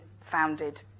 founded